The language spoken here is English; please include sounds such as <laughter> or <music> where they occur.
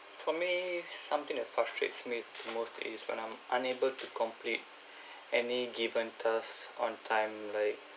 for me something that frustrates me then most is when I'm unable to complete <breath> any given task on time like